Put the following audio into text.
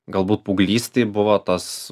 galbūt paauglystėj buvo tas